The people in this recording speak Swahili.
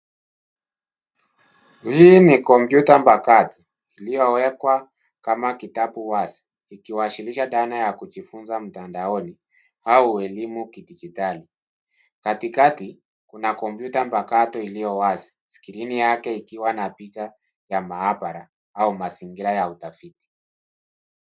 Hii ni kompyuta mpakato iliyowekwa kama kitabu wazi ikiwasilisha dhana ya kujifunza mtandaoni au elimu kidijitali. Katikati kuna kompyuta mpakato iliyo wazi, skrini yake ikiwa na picha ya maabara au mazingira ya utafiti.